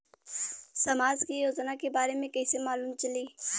समाज के योजना के बारे में कैसे मालूम चली?